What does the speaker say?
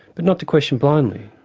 but not to question blindly,